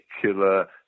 particular